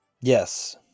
Yes